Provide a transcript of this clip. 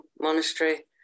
Monastery